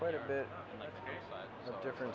quite a bit different